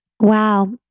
Wow